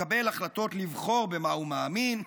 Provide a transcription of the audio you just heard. לקבל החלטות ולבחור במה הוא מאמין,